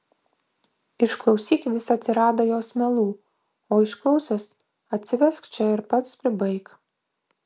išklausyk visą tiradą jos melų o išklausęs atsivesk čia ir pats pribaik